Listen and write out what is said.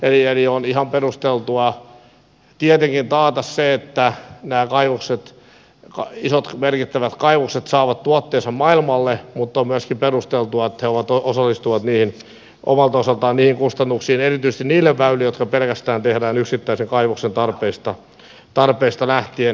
eli on ihan perusteltua tietenkin taata se että nämä isot merkittävät kaivokset saavat tuotteensa maailmalle mutta on myöskin perusteltua että ne osallistuvat omalta osaltaan niihin kustannuksiin erityisesti niiden väylien osalta jotka tehdään pelkästään yksittäisen kaivoksen tarpeista lähtien